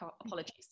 Apologies